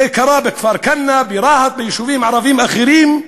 זה קרה בכפר-כנא, ברהט, ביישובים ערביים אחרים.